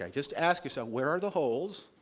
ah just ask yourself, where are the holes?